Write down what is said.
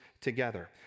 together